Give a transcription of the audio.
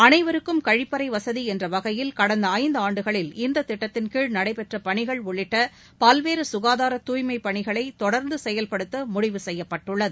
அனைவருக்கும் கழிப்பறை வசதி என்ற வகையில் கடந்த ஐந்தாண்டுகளில் இத்திட்டத்தின் கீழ் நடைபெற்ற பணிகள் உள்ளிட்ட பல்வேறு ககாதார தூய்மை பணிகளை தொடர்ந்து செயல்படுத்த முடிவு செய்யப்பட்டுள்ளது